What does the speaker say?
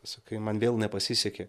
sakai man vėl nepasisekė